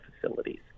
facilities